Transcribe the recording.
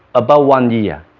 about one year,